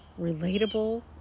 relatable